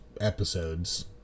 episodes